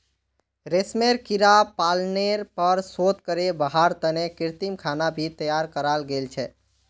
रेशमेर कीड़ा पालनेर पर शोध करे वहार तने कृत्रिम खाना भी तैयार कराल गेल छे